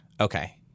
Okay